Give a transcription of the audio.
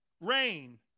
Rain